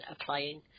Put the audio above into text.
applying